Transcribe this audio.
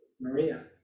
Maria